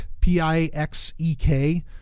P-I-X-E-K